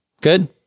Good